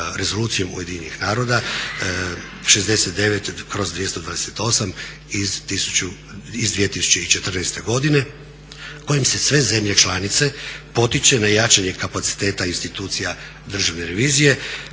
Rezolucijom UN-a 69/228 iz 2014. godine kojim se sve zemlje članice potiče na jačanje kapaciteta institucija Državne revizije